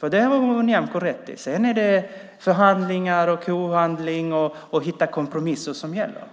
Sedan - det har Nyamko rätt i - är det förhandlingar, kohandel och att hitta kompromisser som gäller.